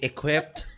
Equipped